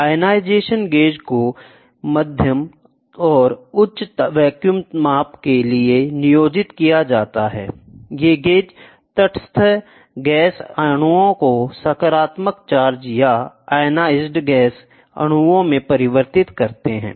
ionization gauge को मध्यम और उच्च वैक्यूम माप के लिए नियोजित किया जाता है ये गेज तटस्थ गैस अणुओं को सकारात्मक चार्ज या आयनाइडे गैस अणुओं में परिवर्तित करते हैं